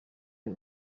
uri